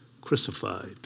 crucified